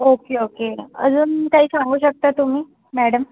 okay okay अजून काही सांगू शकता तुम्ही मॅडम